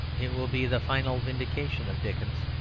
it will be the final vindication of dickens.